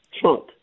trunk